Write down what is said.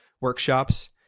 workshops